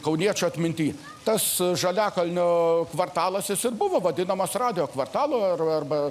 kauniečių atminty tas žaliakalnio kvartalas jis ir buvo vadinamas radijo kvartalu ar arba